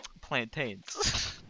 plantains